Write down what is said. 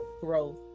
growth